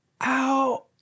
Ow